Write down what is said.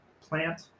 plant